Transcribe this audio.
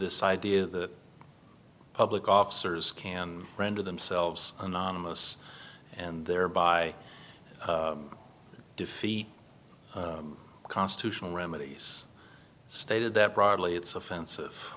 this idea that public officers can render themselves anonymous and thereby defeat constitutional remedies stated that broadly it's offensive